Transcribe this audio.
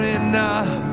enough